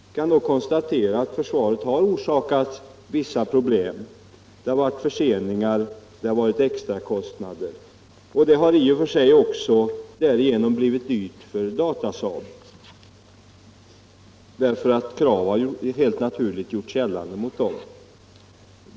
Vi kan då konstatera att försvaret har orsakats vissa problem. Det har förekommit förseningar och extra kostnader, och projektet har därigenom också blivit dyrt för Datasaab eftersom, helt naturligt, krav gjorts gällande mot dem.